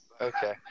Okay